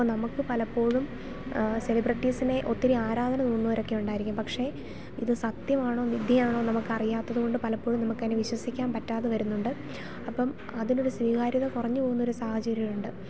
അപ്പം നമുക്ക് പലപ്പോഴും സെലിബ്രിറ്റീസിനേ ഒത്തിരി ആരാധന തോന്നുവർ ഒക്കെ ഉണ്ടായിരിക്കും പക്ഷേ ഇത് സത്യമാണോ മിഥ്യയാണോന്ന് നമുക്ക് അറിയാത്തത് കൊണ്ട് പലപ്പോഴും നമുക്ക് അതിനെ വിശ്വസിക്കാൻ പറ്റാതെ വരുന്നുണ്ട് അപ്പം അതിനൊരു സ്വീകാര്യത കുറഞ്ഞു പോകുന്നൊരു സാഹചര്യമുണ്ട്